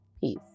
Peace